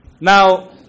Now